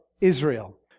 Israel